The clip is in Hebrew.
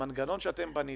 המנגנון שבניתם,